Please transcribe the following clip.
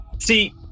See